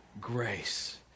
grace